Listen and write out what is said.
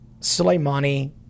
Soleimani